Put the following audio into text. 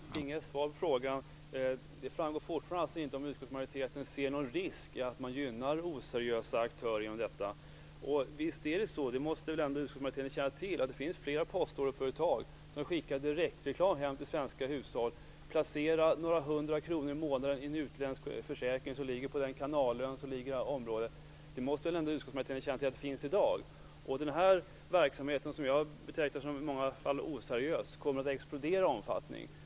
Fru talman! Jag fick inget svar på frågan. Det framgår fortfarande inte om utskottsmajoriteten ser någon risk i att man gynnar oseriösa aktörer inom detta. Visst är det så, det måste väl ändå utskottsmajoriteten känna till, att det finns flera postorderföretag som skickar direktreklam hem till svenska hushåll där de uppmanas att placera några hundra kronor i månaden i en utländsk försäkring i ett företag som ligger på en kanalö. Den här verksamheten, som jag i många fall betecknar som oseriös, kommer att explodera i omfattning.